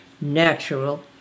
natural